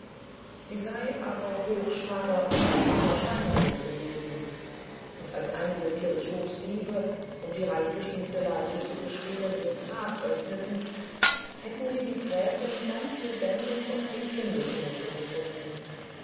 sie sei aber hochschwanger und nur scheintot gewesen und als einige kirchhofsdiebe um die reichgeschmückte leiche zu bestehlen ihr grab öffneten hätten sie die gräfin ganz lebendig und in kindesnöten gefunden